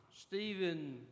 Stephen